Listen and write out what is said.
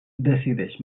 decideix